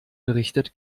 berichtet